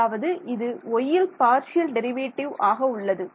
அதாவது இது yயில் பார்ஷியல் டெரிவேட்டிவ் ஆக உள்ளது